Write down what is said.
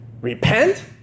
Repent